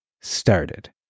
started